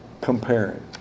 Comparing